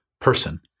person